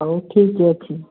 ହଉ ଠିକ୍ ଅଛି